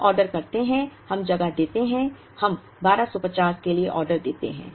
हम ऑर्डर करते हैं हम जगह देते हैं हम 1250 के लिए ऑर्डर देते हैं